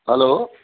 hello